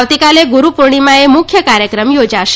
આવતીકાલે ગુરૂ પુર્ણિમાએ મુખ્ય કાર્યક્રમ યોજાશે